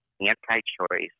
anti-choice